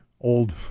old